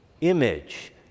image